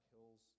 Hills